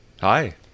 Hi